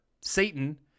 Satan